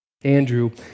Andrew